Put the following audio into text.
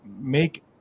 make